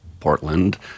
Portland